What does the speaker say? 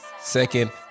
Second